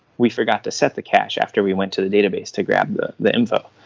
we forgot to set the cache after we went to the database to grab the the info.